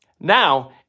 Now